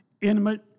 intimate